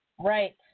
Right